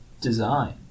design